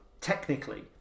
technically